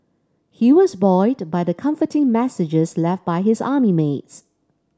he was buoyed by the comforting messages left by his army mates